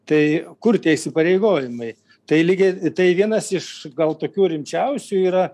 tai kur tie įsipareigojimai tai lygiai tai vienas iš gal tokių rimčiausių yra